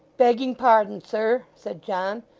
begging pardon, sir said john,